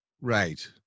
Right